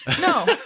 no